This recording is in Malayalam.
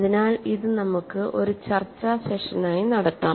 അതിനാൽ ഇത് നമുക്ക് ഒരു ചർച്ചാ സെഷനായി നടത്താം